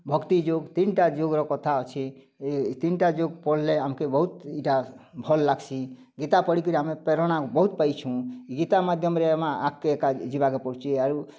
ଭକ୍ତି ଯୋଗ୍ ତିନ୍ଟା ଯୋଗ୍ର କଥା ଅଛି ଏ ତିନ୍ଟା ଯୋଗ୍ ପଢ଼ିଲେ ଆମ୍କେ ବହୁତ୍ ଇଟା ଭଲ୍ ଲାଗ୍ସି ଗୀତା ପଢ଼ିକିରି ଆମେ ପ୍ରେରଣା ବହୁତ୍ ପାଇଛୁ ଗୀତା ମାଧ୍ୟମରେ ଆମେ ଆଗ୍କେ କା ଯିବାକେ ପଡ଼ୁଛି ଆରୁ